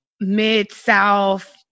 mid-south